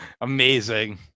Amazing